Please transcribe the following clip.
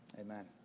Amen